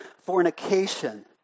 fornication